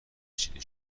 چیره